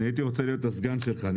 הייתי רוצה להיות הסגן שלך.